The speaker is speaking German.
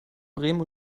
bremen